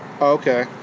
Okay